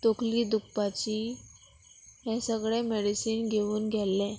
तोकली दुकपाची हे सगळें मेडिसीन घेवून गेल्लें